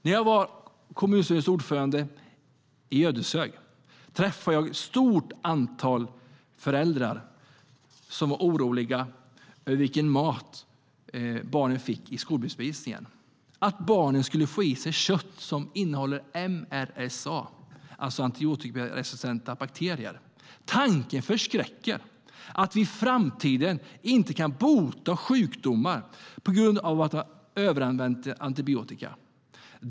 När jag var kommunstyrelsens ordförande i Ödeshög träffade jag ett stort antal föräldrar som var oroliga över vilken mat barnen fick i skolbespisningen och att barnen skulle få i sig kött som innehåller MRSA, alltså antibiotikaresistenta bakterier. Tanken förskräcker, att vi i framtiden inte ska kunna bota sjukdomar på grund av att vi har överanvänt antibiotika.